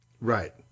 Right